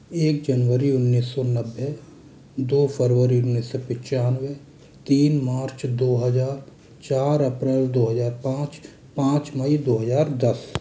एक जनवरी उन्नीस सौ नब्बे दो फरवरी उन्नीस सौ पिच्चानवे तीन मार्च दो हजार चार अप्रैल दो हजार पाँच पाँच मई दो हजार दस